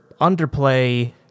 underplay